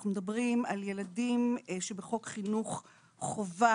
אנחנו מדברים על ילדים שבחוק חינוך חובה,